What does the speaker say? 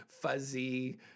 fuzzy